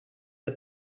the